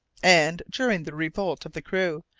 and, during the revolt of the crew,